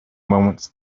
moments